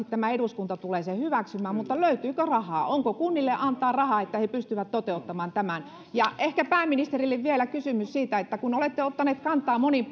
tämä eduskunta tulee sen hyväksymään mutta löytyykö rahaa onko kunnille antaa rahaa että he pystyvät toteuttamaan tämän ja ehkä pääministerille vielä kysymys kun olette ottanut kantaa moniin